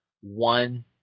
one